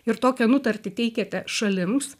ir tokią nutartį teikiate šalims